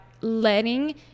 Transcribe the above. letting